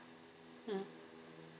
mm